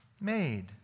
made